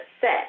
set